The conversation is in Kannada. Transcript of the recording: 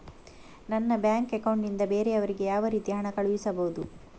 ನನ್ನ ಬ್ಯಾಂಕ್ ಅಕೌಂಟ್ ನಿಂದ ಬೇರೆಯವರಿಗೆ ಯಾವ ರೀತಿ ಹಣ ಕಳಿಸಬಹುದು?